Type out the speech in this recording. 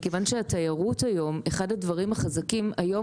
אחד הדברים החזקים בתיירות היום הוא